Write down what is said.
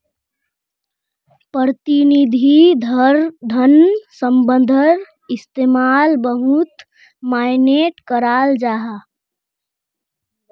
प्रतिनिधि धन शब्दर इस्तेमाल बहुत माय्नेट कराल जाहा